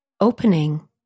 opening